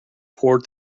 poor